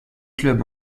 clubs